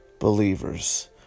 Believers